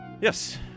yes